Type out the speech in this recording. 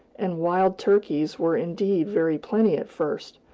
and wild turkeys were indeed very plenty at first,